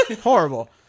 Horrible